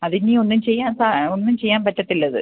അതിനി ഒന്നും ചെയ്യാൻ ഒന്നും ചെയ്യാൻ പറ്റത്തില്ല അത്